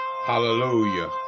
Hallelujah